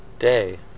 day